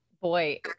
Boy